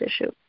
issue